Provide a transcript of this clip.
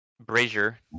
Brazier